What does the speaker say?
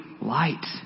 light